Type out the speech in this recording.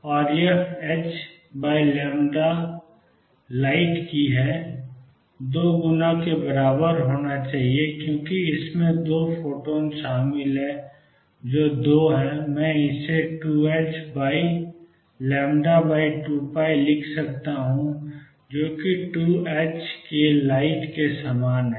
और यह h light 2 गुना के बराबर होना चाहिए क्योंकि इसमें 2 फोटोन शामिल हैं जो 2 है मैं इसे2ℏ2π लिख सकता हूं जो कि 2ℏklight के समान है